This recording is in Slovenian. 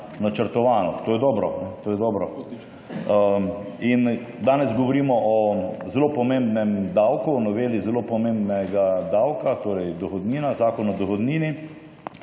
je dobro. To je dobro. Danes govorimo o zelo pomembnem davku, o noveli zelo pomembnega davka, torej dohodnina.